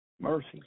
Mercy